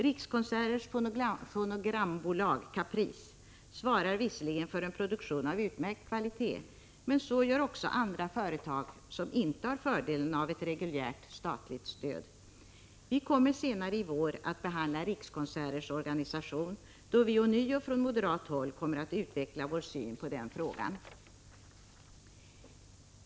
Rikskonserters fonogrambolag Caprice svarar visserligen för en produktin av utmärkt kvalitet, men så gör också andra företag som inte har fördelen av ett reguljärt statligt stöd. Vi kommer senare i vår att behandla Rikskonserters organisation; då kommer vi ånyo från moderat håll att utveckla vår syn på den frågan.